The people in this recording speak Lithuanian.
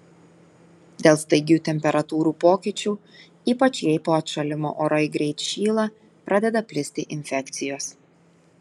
dėl staigių temperatūrų pokyčių ypač jei po atšalimo orai greit šyla pradeda plisti infekcijos